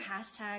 hashtag